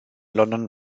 london